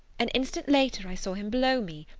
an instant later, i saw him below me.